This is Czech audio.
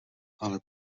ale